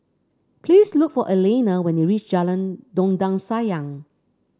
please look for Alanna when you reach Jalan Dondang Sayang